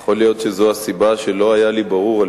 יכול להיות שזו הסיבה שלא היה לי ברור אם